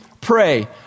Pray